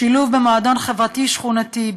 שילוב במועדון החברתי השכונתי,